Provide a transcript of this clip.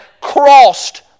crossed